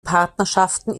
partnerschaften